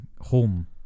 home